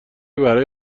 برای